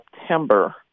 September